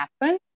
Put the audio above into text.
happen